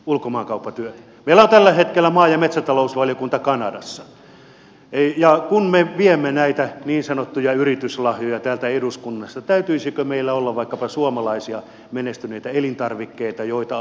meillä on tällä hetkellä maa ja metsätalousvaliokunta kanadassa ja kun me viemme näitä niin sanottuja yrityslahjoja täältä eduskunnasta täytyisikö meillä olla vaikkapa suomalaisia menestyneitä elintarvikkeita joita annetaan sinne